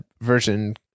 version